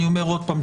אני אומר עוד פעם,